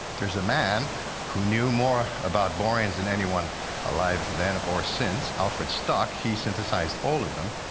there's a man who knew more about boranes than anyone alive then or since, alfred stock, he synthesized all of them.